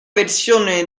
versione